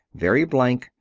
very blank,